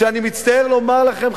שאני מצטער לומר לכם,